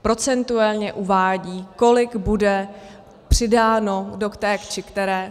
Procentuálně uvádí, kolik bude přidáno do té či které.